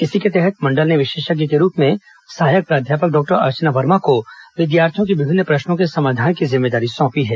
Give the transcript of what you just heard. इसी के तहत मंडल ने विशेषज्ञ के रूप में सहायक प्राध्यापक डॉक्टर अर्चना वर्मा को विद्यार्थियों के विभिन्न प्रश्नों के समाधान की जिम्मेदारी सौंपी है